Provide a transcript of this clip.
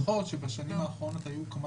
צריכים לזכור שבשנים האחרונות היו כמה